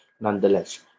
nonetheless